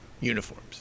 uniforms